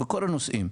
בכל הנושאים.